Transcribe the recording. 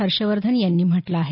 हर्षवर्धन यांनी म्हटलं आहे